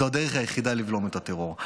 זו הדרך היחידה לבלום את הטרור.